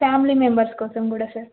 family members కోసం కూడా sir